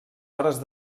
hores